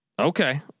Okay